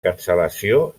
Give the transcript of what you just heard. cancel·lació